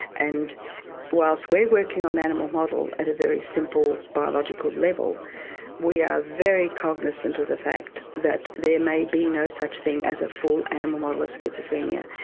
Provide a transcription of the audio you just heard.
and whilst we're working on animal models, at a very simple biological level we are very cognisant of the fact that there may be no such thing as a full animal model of schizophrenia.